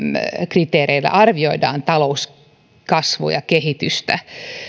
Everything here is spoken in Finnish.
kriteereillä arvioidaan talouskasvua ja kehitystä